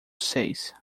seis